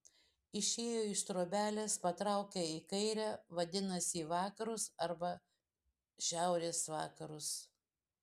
išėjo iš trobelės patraukė į kairę vadinasi į vakarus arba šiaurės vakarus